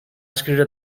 escriure